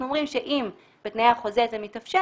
אנחנו אומרים שאם בתנאי החוזה זה מתאפשר,